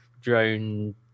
drone